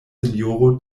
sinjoro